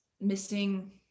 missing